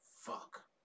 Fuck